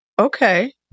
Okay